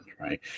right